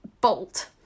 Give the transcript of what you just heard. bolt